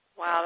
Wow